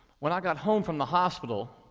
when i got home from the hospital,